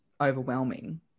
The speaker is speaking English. overwhelming